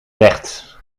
rechts